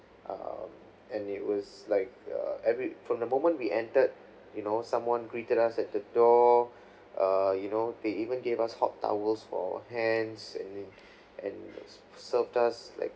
um and it was like uh I mean from the moment we entered you know someone greeted us at the door uh you know they even gave us hot towels for hands and and served us like